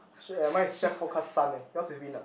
shore